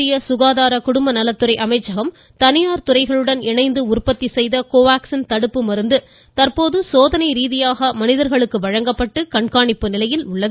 மத்திய சுகாதார குடும்ப நலத்துறை அமைச்சகம் தனியார் துறைகளுடன் இணைந்து உற்பத்தி செய்த கோவாக்ஸின் தடுப்பு மருந்து தற்போது சோதனை ரீகியாக மனிதர்களுக்கு வழங்கப்பட்டு கண்காணிப்பு நிலையில் உள்ளது